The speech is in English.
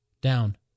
down